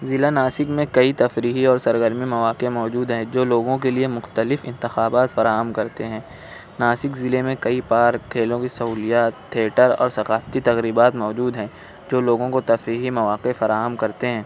ضلع ناسک میں کئی تفریحی اور سرگرمی مواقع موجود ہیں جو لوگوں کے لئے مختلف انتخابات فراہم کرتے ہیں ناسک ضلعے میں کئی پارک کھیلوں کی سہولیات تھیٹر اور ثقافتی تقریبات موجود ہیں جو لوگوں کو تفریحی مواقع فراہم کرتے ہیں